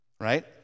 right